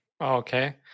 Okay